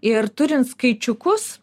ir turint skaičiukus